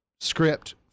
script